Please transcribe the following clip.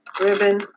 ribbon